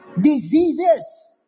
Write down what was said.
diseases